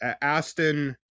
Aston